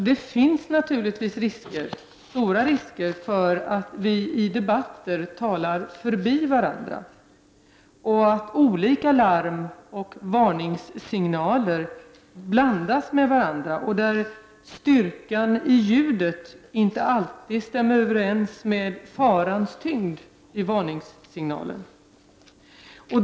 Det finns naturligtvis stora risker för att vi i debatter talar förbi varandra och att olika larmoch varningssignaler blandas med varandra och att styrkan i ljudet i varningssignalerna inte alltid stämmer överens med farans tyngd.